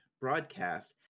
broadcast